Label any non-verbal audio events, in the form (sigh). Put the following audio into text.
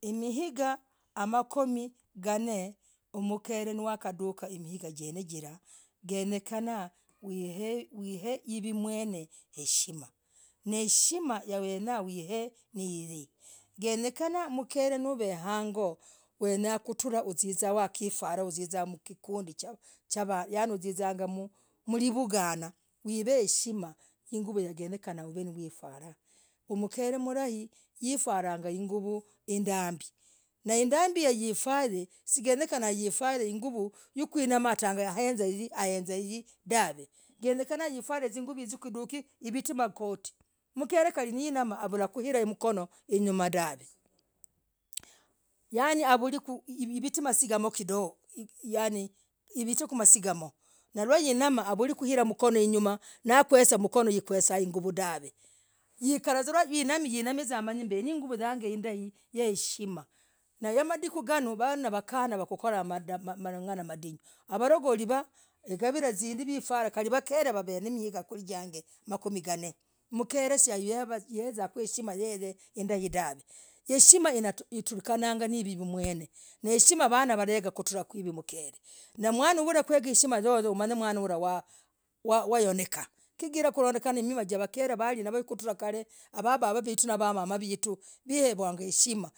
Himiga amakumi game mkele wakadukah, migaa. jinejira. yenenakah, hiveemwen. (hesitation) heshima, na heshima n (hesitation) yenyekene huive nihii. genyekana mkere. nuvehangoo. wenakutra, ziza. wakifara. uzizah. mwakikundiii. Chah, yani. huzizanga mlivuganah. ya mkere mlahi. yanyekana, hufuare, inguvoo. indambii. senyekanah. wifare. nawenya kuinamah utanga kuieza. hirah. kuieza hii, dahv (hesitation) kenyekana. hafare zinguvoo hizoo. invite, magot. mkere. Kali. nee. namaa. anyalah. kuvika. Mikono. inyumaa, dahv (hesitation) yani, iviete masigamo, tudii yani, iviete masigamo. rwainama. avuli. kuvita. mikono, inyumaa. ikwesah. hinguvoo, dahvee. ukaralavuza unamii unamii vuzaa mbeenainguvoo. yange. yaheshima. namadiku agah, vanduu. madikuu. gano, vanduu. wafuarah, zinguvoo atah. makabilah, indaii. wavaragali. Kali vakele, nawafurah, yenyekene heshima, wafuarah kalii vakele vandii. waveo, wakati yamamah. nababah. wetuu yenyekene heshima.